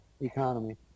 economy